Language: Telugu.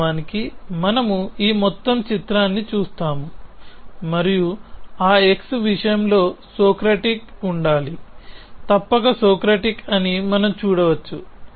వాస్తవానికి మనము ఈ మొత్తం చిత్రాన్ని చూస్తాము మరియు ఆ x విషయంలో సోక్రటిక్ ఉండాలి తప్పక సోక్రటిక్ అని మనం చూడవచ్చు